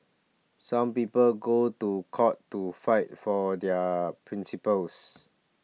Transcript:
some people go to court to fight for their principles